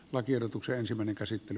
lakiehdotukseen se mikä sitten